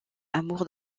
amour